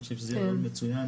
אני חושב שזה רעיון מצוין,